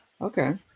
Okay